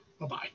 Bye-bye